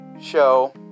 show